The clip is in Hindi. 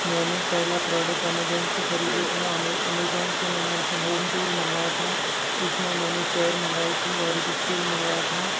मैंने पहला प्रोडक्ट अमेज़ॉन से ख़रीदा था अमेज़ॉन से मैंने अपना होम टूल मंगवाया था उसमें मैंने चेयर मंगवाई थी और एक स्टूल मंगाया था